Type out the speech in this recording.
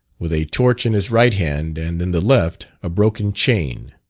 with a torch in his right hand, and in the left a broken chain.